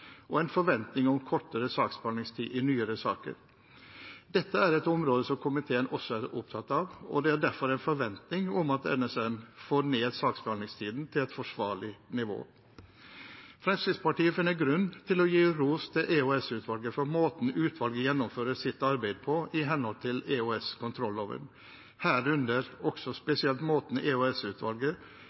og en forventning om kortere saksbehandlingstid i nyere saker. Dette er et område som komiteen også er opptatt av, og det er derfor en forventning om at NSM får saksbehandlingstiden ned på et forsvarlig nivå. Fremskrittspartiet finner grunn til å gi ros til EOS-utvalget for måten utvalget gjennomfører sitt arbeid på i henhold til EOS-kontrolloven, herunder også spesielt måten